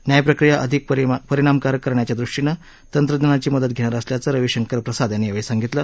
न्याय प्रक्रिया अधिक परिणामकारक करण्याच्या दृष्टीनं तंत्रज्ञानाची मदत घेणार असल्याचं रविशंकर प्रसाद यांनी यावेळी सांगितलं